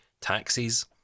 taxis